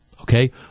okay